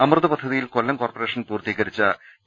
അമൃത് പദ്ധതിയിൽ Kollam corporation പൂർത്തീകരിച്ച T